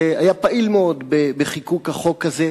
שהיה פעיל מאוד בחקיקת החוק הזה,